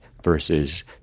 versus